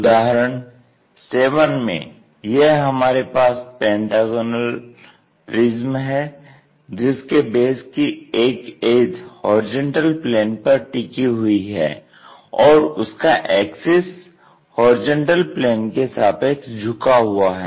उदाहरण 7 में यह हमारे पास पेंटागनल प्रिज्म है जिसके बेस की एक एज होरिजेंटल प्लेन पर टिकी हुई है और उसका एक्सिस होरिजेंटल प्लेन के सापेक्ष झुका हुआ है